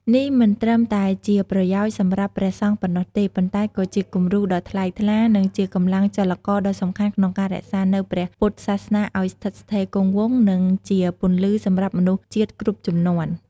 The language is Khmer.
នេះមិនត្រឹមតែជាប្រយោជន៍សម្រាប់ព្រះសង្ឈប៉ុណ្ណោះទេ ប៉ុន្តែក៏ជាគំរូដ៏ថ្លៃថ្លា និងជាកម្លាំងចលករដ៏សំខាន់ក្នុងការរក្សានូវព្រះពុទ្ធសាសនាឱ្យស្ថិតស្ថេរគង់វង្ស និងជាពន្លឺសម្រាប់មនុស្សជាតិគ្រប់ជំនាន់។